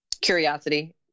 Curiosity